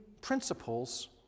principles